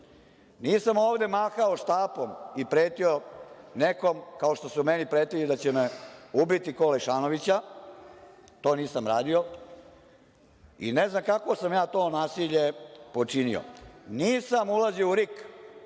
Nisam ovde mahao štapom i pretio nekom kao što su meni pretili da će me ubiti ko Lešanovića. To nisam radio i ne znam kakvo sam ja to nasilje počinio. Nisam ulazio u RIK